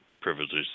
privileges